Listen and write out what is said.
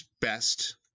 best